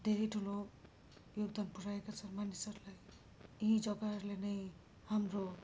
धेरै ठुलो योगदान पुऱ्याएका छन् मानिसहरूलाई यी जग्गाहरूले नै हाम्रो